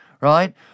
right